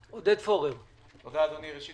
אדוני, ראשית,